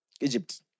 Egypt